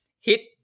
hit